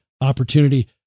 opportunity